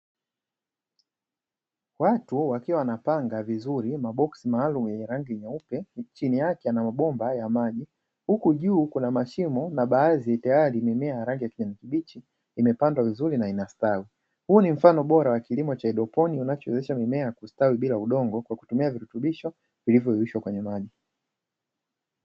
Watu wakiwa wanapanga vizuri maboksi maalumu yenye rangi nyeupe, chini yake yana mabomba ya maji, huku juu Kuna mashimo na baadhi tayari mimea ya rangi ya kijani kibichi imepandwa vizuri na inastawi. Huu ni mfano bora wa kilimo cha haidroponi kinachowezesha mimea kustawi bila udongo kwa kutumia virutubisho vilivyo yeyushwa kwenye maji.